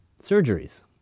surgeries